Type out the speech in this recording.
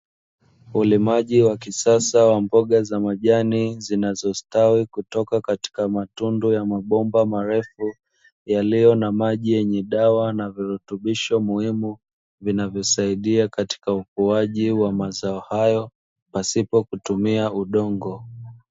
Ulimaji wa kisasa wa mboga za majani zinazostawi kutoka katika matundu ya mabomba marefu, yaliyo na maji yenye dawa na virutibisho muhimu vinavyosaidia katika ukuaji wa mazao hayo pasipo kutumia udongo.